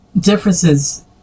differences